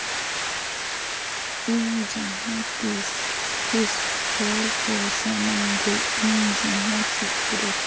ᱤᱧ ᱡᱟᱦᱟᱸ ᱛᱤᱥ ᱛᱤᱥ ᱦᱚᱲ ᱠᱚ ᱥᱟᱢᱟᱝ ᱨᱮ ᱤᱧ ᱡᱟᱦᱟᱸ ᱪᱤᱛᱟᱹᱨ